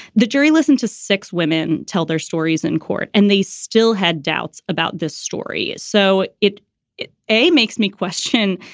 the jury listened to six women tell their stories in court and they still had doubts about this story. so it it makes me question,